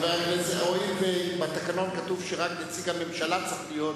הואיל ובתקנון כתוב שרק נציג הממשלה צריך להיות,